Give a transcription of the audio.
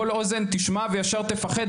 כל אוזן תשמע וישר תפחד,